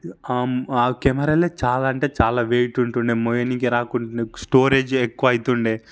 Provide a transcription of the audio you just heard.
ఆ కెమెరాలే చాలా అంటే చాలా వెయిట్ ఉంటుండె మోయనీకి రాకుంటుండే స్టోరేజ్ ఎక్కువ అవుతుండే